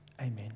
Amen